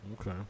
Okay